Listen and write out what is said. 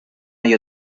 hay